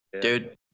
dude